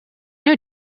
new